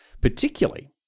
particularly